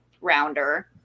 rounder